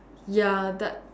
ya that